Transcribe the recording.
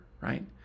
right